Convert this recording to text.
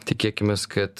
tikėkimės kad